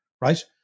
right